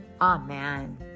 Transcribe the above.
Amen